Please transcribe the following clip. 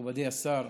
מכובדי השר,